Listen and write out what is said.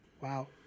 Wow